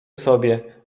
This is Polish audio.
sobie